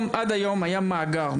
היה מאגר.